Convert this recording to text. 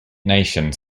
nations